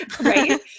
Right